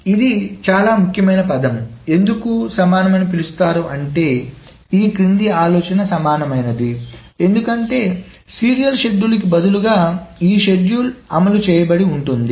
కాబట్టి ఇది సమానం ఇది చాలా ముఖ్యమైన పదం ఎందుకు సమానమని పిలుస్తారు అంటే ఈ క్రింది ఆలోచన సమానమైనది ఎందుకంటే సీరియల్ షెడ్యూల్కు బదులుగా ఈ షెడ్యూల్ అమలు చేయబడి ఉంటుంది